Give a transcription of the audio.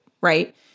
right